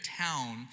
town